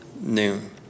noon